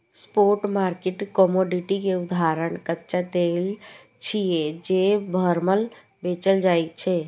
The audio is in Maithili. स्पॉट मार्केट कमोडिटी के उदाहरण कच्चा तेल छियै, जे बरमहल बेचल जाइ छै